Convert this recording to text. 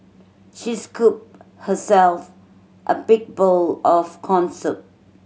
she scooped herself a big bowl of corn soup